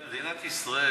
מדינת ישראל